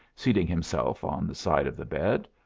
seating himself on the side of the bed.